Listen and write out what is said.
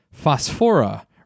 Phosphora